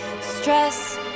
Stress